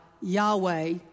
Yahweh